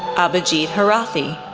abhijit harathi,